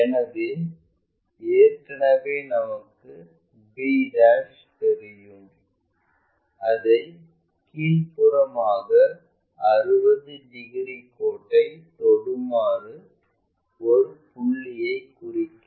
எனவே ஏற்கனவே நமக்கு b தெரியும் அதை கீழ்ப்புறமாக 60 டிகிரி கோட்டை தொடுமாறு ஒரு புள்ளியை குறிக்கவும்